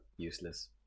Useless